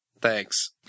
Thanks